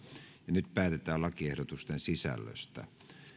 nyt päätetään lakiehdotusten sisällöstä